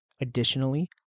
Additionally